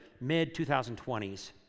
mid-2020s